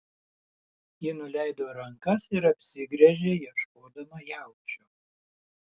ji nuleido rankas ir apsigręžė ieškodama jaučio